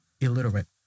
illiterate